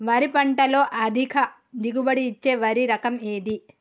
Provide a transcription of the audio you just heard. వరి పంట లో అధిక దిగుబడి ఇచ్చే వరి రకం ఏది?